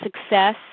success